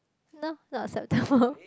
no not acceptable